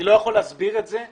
אני לא יכול להסביר את זה אחרת.